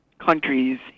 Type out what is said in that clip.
countries